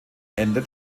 endet